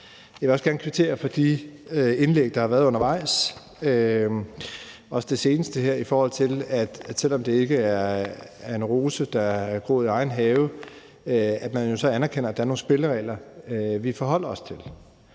Jeg vil også gerne kvittere for de indlæg, der har været undervejs, også det seneste her i forhold til, at selv om det ikke er en rose, der er groet i egen have, så anerkender man, at der er nogle spilleregler, vi forholder os til.